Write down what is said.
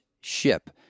ship